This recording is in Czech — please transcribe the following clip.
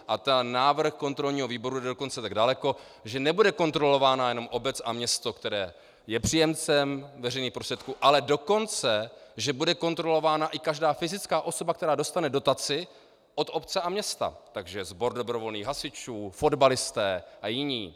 A návrh kontrolního výboru jde dokonce tak daleko, že nebude kontrolována jen obec a město, které je příjemcem veřejných prostředků, ale dokonce že bude kontrolována i každá fyzická osoba, která dostane dotaci od obce a města, takže sbor dobrovolných hasičů, fotbalisté a jiní.